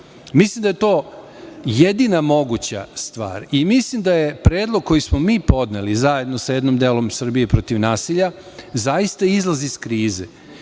odluka. Mislim da je to jedina moguća stvar i mislim da je predlog koji smo mi podneli zajedno sa jednim delom Srbije protiv nasilja zaista izlaz iz krize